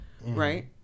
right